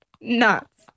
nuts